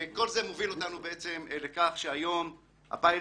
כל זה מוביל אותנו לכך שהיום הפיילוט,